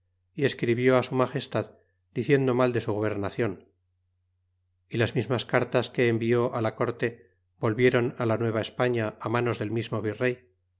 y escribió á su magestad diciendo mal de su gobernacion y las mismas cartas que envió á la corte volvieron á la nueva españa á manos del mismo virrey